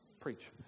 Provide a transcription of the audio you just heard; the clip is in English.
Preach